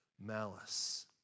malice